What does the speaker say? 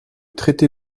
traité